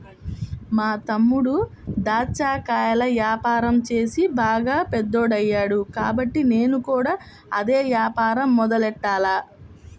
మా తమ్ముడు దాచ్చా కాయల యాపారం చేసి బాగా పెద్దోడయ్యాడు కాబట్టి నేను కూడా అదే యాపారం మొదలెట్టాల